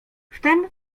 wtem